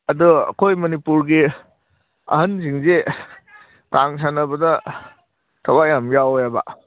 ꯑꯗꯣ ꯑꯩꯈꯣꯏ ꯃꯅꯤꯄꯨꯔꯒꯤ ꯑꯍꯜꯁꯤꯡꯁꯤ ꯀꯥꯡ ꯁꯥꯟꯅꯕꯗ ꯊꯋꯥꯏ ꯌꯥꯝ ꯌꯥꯎꯋꯦꯕ